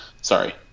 Sorry